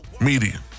media